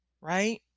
right